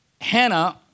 Hannah